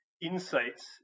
insights